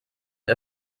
der